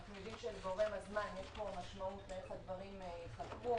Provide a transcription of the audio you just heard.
אנחנו יודעים שלגורם הזמן יש פה משמעות איך הדברים ייחקרו.